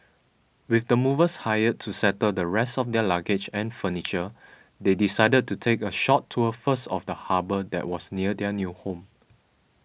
with the movers hired to settle the rest of their luggage and furniture they decided to take a short tour first of the harbour that was near their new home